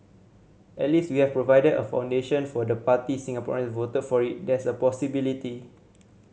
at least we have provided a foundation for the party Singaporeans voted for it there's a possibility